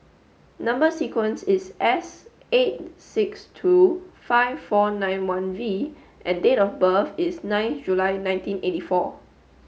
number sequence is S eight six two five four nine one V and date of birth is nine July nineteen eighty four